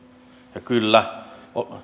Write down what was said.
ja kyllä